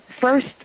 first